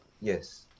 Yes